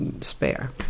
spare